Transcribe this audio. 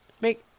make